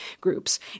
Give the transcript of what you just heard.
groups